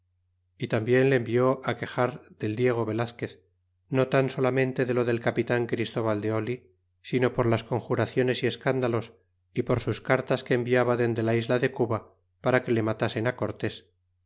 y tarnbien se envió á quexar del diego velazquez no tan solamente de lo del capitán christóval de oli sino por las conjuraciones y escándalos y por sus cartas que enviaba dende la isla de cuba para que le matasen cortés